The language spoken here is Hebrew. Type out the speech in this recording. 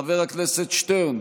חבר הכנסת שטרן,